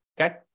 okay